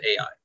AI